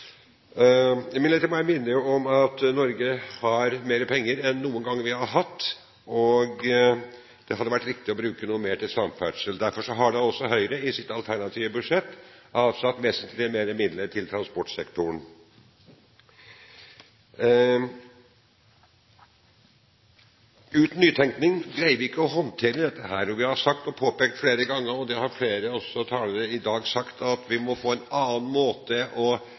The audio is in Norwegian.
Imidlertid må jeg minne om at Norge har mer penger enn vi noen gang har hatt, og det hadde vært riktig å bruke noe mer til samferdsel. Derfor har da også Høyre i sitt alternative budsjett avsatt vesentlig mer midler til transportsektoren Uten nytenkning greier vi ikke å håndtere dette, og vi har sagt og påpekt flere ganger – noe også flere talere i dag har sagt – at vi må få en annen måte å